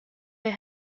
der